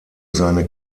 seine